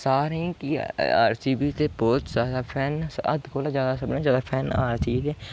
सारें गी आरसीबी दे बहुत जैदा फैन न सारें कोला जैदा फैन आरसीबी दे न